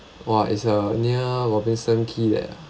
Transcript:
!wah! is uh near robinson quay there